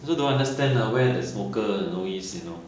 also don't understand ah where the smoker you know is you know